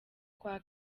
kwa